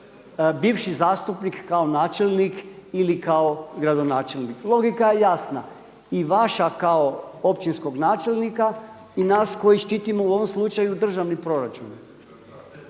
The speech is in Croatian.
bivši zastupnik kao načelnik ili kao gradonačelnik. Logika je jasna i vaša kao općinskog načelnika i nas koji štitimo u ovom slučaju državni proračun.